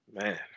Man